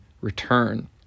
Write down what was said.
return